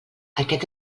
aquest